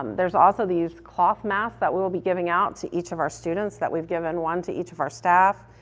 there's also these cloth masks that we will be giving out to each of our students, that we've given one to each of our staff.